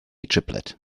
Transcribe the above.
triplet